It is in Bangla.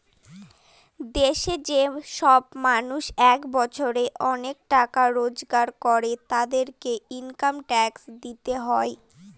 দেশে যে সব মানুষ এক বছরে অনেক টাকা রোজগার করে, তাদেরকে ইনকাম ট্যাক্স দিতে হয়